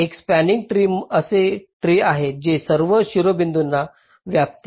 एक spanning tree असे tree आहे जे सर्व शिरोबिंदूंना व्यापते